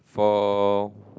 for